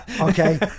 Okay